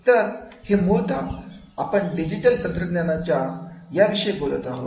तर हे मुळतः आपण डिजिटल तंत्रज्ञान या विषयी बोलत आहोत